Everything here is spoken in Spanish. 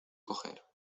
coger